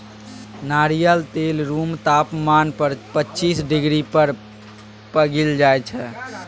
नारियल तेल रुम तापमान पर पचीस डिग्री पर पघिल जाइ छै